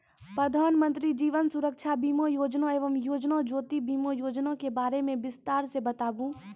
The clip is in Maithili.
प्रधान मंत्री जीवन सुरक्षा बीमा योजना एवं जीवन ज्योति बीमा योजना के बारे मे बिसतार से बताबू?